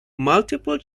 multiple